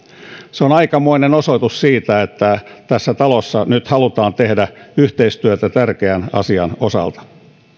se on aikamoinen osoitus siitä että tässä talossa nyt halutaan tehdä yhteistyötä tärkeän asian osalta